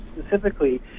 specifically